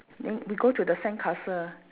then we go to the sandcastle